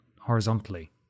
horizontally